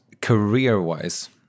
career-wise